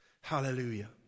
Hallelujah